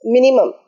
Minimum